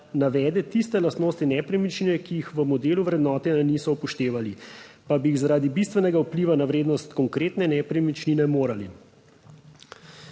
navede tiste lastnosti nepremičnine, ki jih v modelu vrednotenja niso upoštevali, pa bi jih zaradi bistvenega vpliva na vrednost konkretne nepremičnine morali.